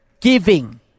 giving